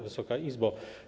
Wysoka Izbo!